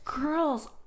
girl's